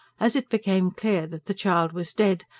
as it became clear that the child was dead,